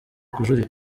kujurira